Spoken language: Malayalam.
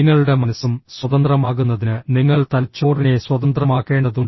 നിങ്ങളുടെ മനസ്സും സ്വതന്ത്രമാകുന്നതിന് നിങ്ങൾ തലച്ചോറിനെ സ്വതന്ത്രമാക്കേണ്ടതുണ്ട്